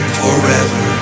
forever